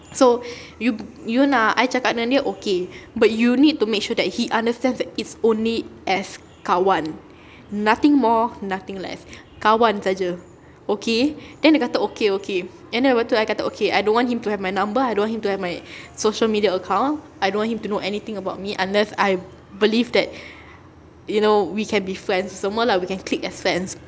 so you you nak I cakap dengan dia okay but you need to make sure that he understands that it's only as kawan nothing more nothing less kawan saja okay then dia okay okay then lepas tu I kata okay I don't him to have my number I don't want him to have my social media account I don't want him to know anything about me unless I believe that you know we can be friends tu semua lah we can click as friends